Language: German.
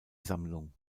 sammlung